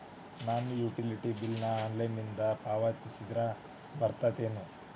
ನಾನು utility bill ನ ಆನ್ಲೈನಿಂದ ಪಾವತಿಸಿದ್ರ ಬರ್ತದೇನು?